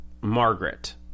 Margaret